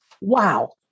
Wow